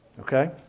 Okay